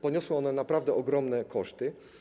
Poniosły one naprawdę ogromne koszty.